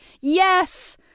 Yes